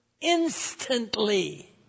instantly